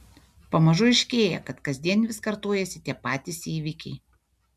pamažu aiškėja kad kasdien vis kartojasi tie patys įvykiai